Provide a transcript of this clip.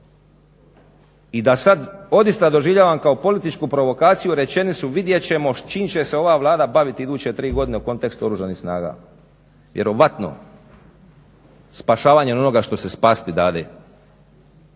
i da sad odista doživljavam kao političku provokaciju rečenicu vidjet ćemo s čim će se ova Vlada baviti u iduće tri godine u kontekstu Oružanih snaga. Vjerojatno spašavanjem onoga što se spasiti dade.